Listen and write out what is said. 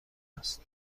است